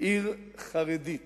עיר חרדית